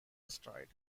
destroyed